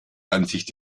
ansicht